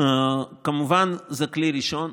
כמובן, זה כלי ראשון.